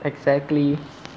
exactly